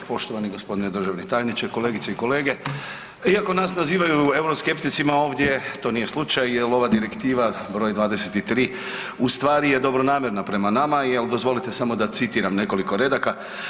Poštovani gospodine državni tajniče, kolegice i kolege, iako nas nazivaju euroskepticima ovdje to nije slučaj je ova Direktiva broj 23 u stvari je dobronamjerna prema nama jer dozvolite samo da citiram nekoliko redaka.